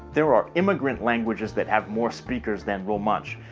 there are immigrant languages that have more speakers than romansh.